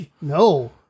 No